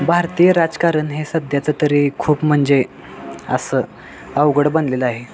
भारतीय राजकारण हे सध्याचे तरी खूप म्हणजे असे अवघड बनलेले आहे